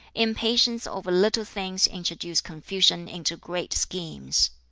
impatience over little things introduces confusion into great schemes.